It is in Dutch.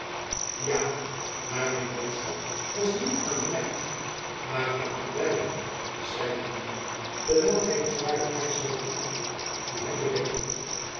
ja maar mijn boodschap was niet aan de meid maar aan u beiden zeide de man terwijl hy den zwaren reismantel afwierp die hem bedekte